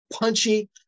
punchy